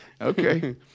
Okay